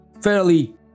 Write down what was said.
Fairly